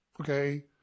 Okay